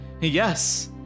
Yes